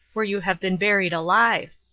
where you have been buried alive.